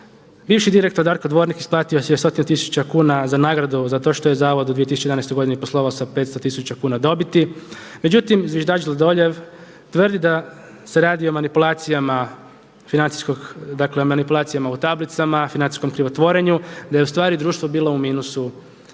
Bivši direktor Darko Dvornik isplatio je stotinu tisuća kuna za nagradu zato što je zavod u 2011. godini poslovao sa 500 tisuća kuna dobiti. Međutim, zviždač Sladoljev tvrdi da se radi o manipulacijama financijskog, dakle manipulacijama u tablicama, financijskom krivotvorenju, da je u stvari društvo bilo u minusu